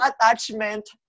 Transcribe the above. attachment